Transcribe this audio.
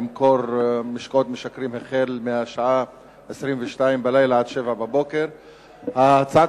למכור משקאות משכרים מהשעה 22:00 עד 07:00. הצעת